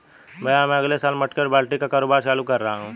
भैया मैं अगले साल मटके और बाल्टी का कारोबार चालू कर रहा हूं